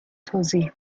توضیح